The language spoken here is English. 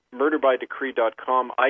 murderbydecree.com